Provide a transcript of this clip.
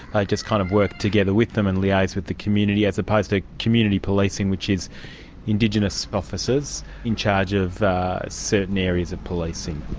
just kind of work together with them and liaise with the community, as opposed to community policing which is indigenous officers in charge of certain areas of policing.